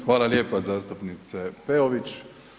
Hvala lijepa zastupnice Peović.